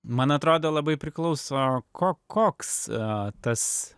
man atrodo labai priklauso koks tas